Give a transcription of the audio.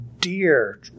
dear